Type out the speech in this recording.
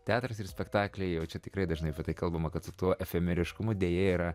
teatras ir spektakliai jau čia tikrai dažnai apie tai kalbama kad su tuo efemeriškumu deja yra